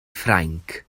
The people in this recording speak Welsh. ffrainc